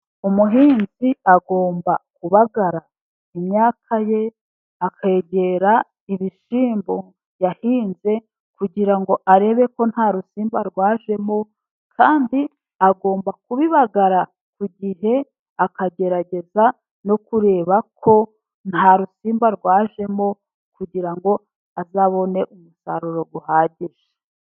Umuhinzi agomba kubagara imyaka ye akegera ibishyimbo yahinze kugira ngo arebe ko nta rusimba rwajemo kandi agomba kubibagara ku gihe akagerageza no kureba ko nta rusimba rwajemo kugira ngo azabone umusaruro uhagije.